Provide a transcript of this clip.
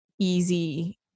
easy